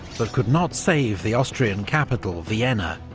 but could not save the austrian capital vienna,